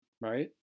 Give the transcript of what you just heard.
right